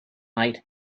night